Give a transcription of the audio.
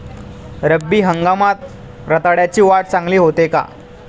रब्बी हंगामात रताळ्याची वाढ चांगली होते का?